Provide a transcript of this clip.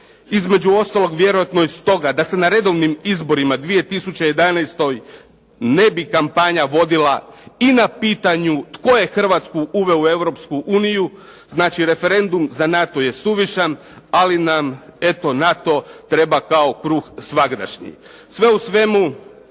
između ostalog vjerojatno i stoga da se na redovnim izborima 2011. ne bi kampanja vodila i na pitanju tko je Hrvatsku uveo u Europsku uniju, znači referendum za NATO je suvišan, ali nam eto NATO treba kao kruh svagdašnji. Sve u svemu,